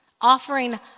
offering